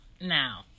Now